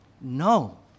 No